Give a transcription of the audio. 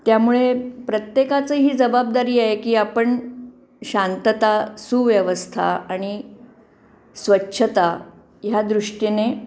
त्यामुळे प्रत्येकाचं ही जबाबदारी आहे की आपण शांतता सुव्यवस्था आणि स्वच्छता ह्या दृष्टीने